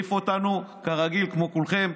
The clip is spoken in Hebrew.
מעיף אותנו, כרגיל, כמו כולכם.